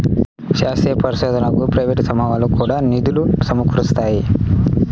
శాస్త్రీయ పరిశోధనకు ప్రైవేట్ సమూహాలు కూడా నిధులు సమకూరుస్తాయి